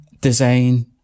design